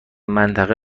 منطقه